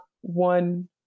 one